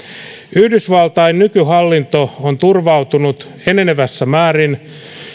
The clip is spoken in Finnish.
yhdysvaltain nykyhallinto on turvautunut enenevässä määrin